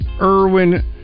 Irwin